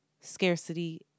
scarcity